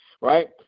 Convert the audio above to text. right